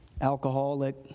alcoholic